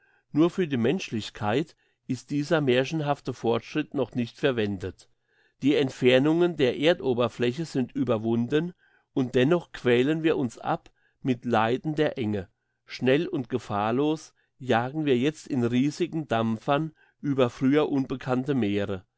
nur für die menschlichkeit ist dieser märchenhafte fortschritt noch nicht verwendet die entfernungen der erdoberfläche sind überwunden und dennoch quälen wir uns ab mit leiden der enge schnell und gefahrlos jagen wir jetzt in riesigen dampfern über früher unbekannte meere